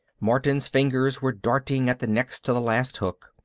martin's fingers were darting at the next to the last hook.